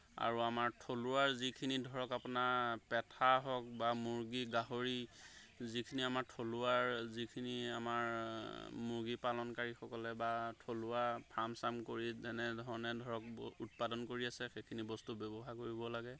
আৰু আমাৰ থলুৱাৰ যিখিনি ধৰক আপোনাৰ পঠা হওক বা মুৰ্গী গাহৰি যিখিনি আমাৰ থলুৱাৰ যিখিনি আমাৰ মুৰ্গী পালনকাৰীসকলে বা থলুৱা ফাৰ্ম চাম কৰি যেনেধৰণে ধৰক উৎপাদন কৰি আছে সেইখিনি বস্তু ব্যৱহাৰ কৰিব লাগে